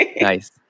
Nice